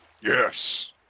Yes